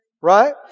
Right